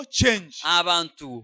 change